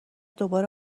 دوباره